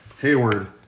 Hayward